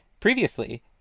Previously